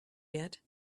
yet